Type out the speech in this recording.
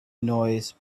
noise